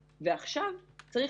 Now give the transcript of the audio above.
ספורט יחידנית הייתי אז יו"ר ועדת קורונה